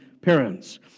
parents